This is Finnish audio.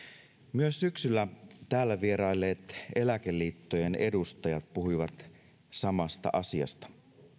myös syksyllä täällä vierailleet eläkeliittojen edustajat puhuivat samasta asiasta